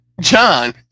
John